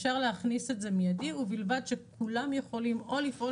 אפשר להכניס את זה מידי ובלבד שכולם יכולים או לפעול